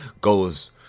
goes